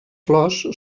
flors